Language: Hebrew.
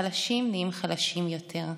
החלשים נהיים חלשים יותר,